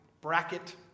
bracket